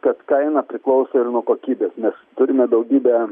kad kaina priklauso ir nuo kokybės mes turime daugybę